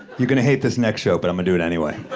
you're gonna hate this next joke, but i'mma do it anyway.